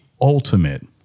ultimate